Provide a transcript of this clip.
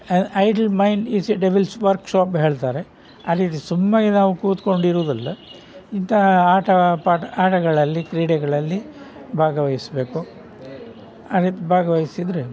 idle mind is a devil's workshop ಹೇಳ್ತಾರೆ ಆ ರೀತಿ ಸುಮ್ಮನೆ ನಾವು ಕೂತ್ಕೊಂಡಿರೋ ಬದಲು ಇಂತಹ ಆಟ ಪಾಠ ಆಟಗಳಲ್ಲಿ ಕ್ರೀಡೆಗಳಲ್ಲಿ ಭಾಗವಹಿಸಬೇಕು ಆ ರೀತಿ ಭಾಗವಹಿಸಿದರೆ